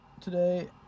today